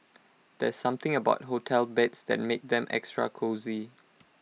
there's something about hotel beds that makes them extra cosy